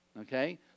okay